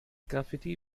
graffiti